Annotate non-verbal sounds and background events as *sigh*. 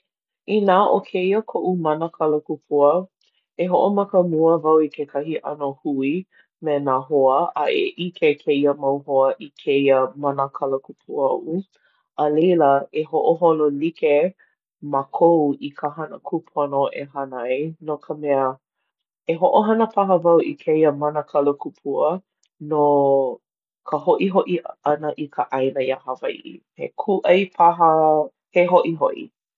Inā ʻo kēia koʻu mana kalakupua, e hoʻomaka mua wau i kekahi ʻano hui me nā hoa a e ʻike kēia mau hoa i kēia mana kalakupua oʻu. A leila e hoʻoholo like mākou i ka hana e hana ai no ka mea, e hoʻohana paha wau i kēia mana kalakupua no *hesitation* ka hoʻihoʻi i ka hoʻihoʻi ʻana i ka ʻāina iā Hawaiʻi. He kūʻai paha, he hoʻihoʻi.